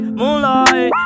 moonlight